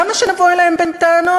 למה שנבוא אליהם בטענות?